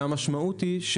המשמעות היא,